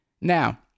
now